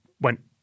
went